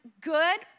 good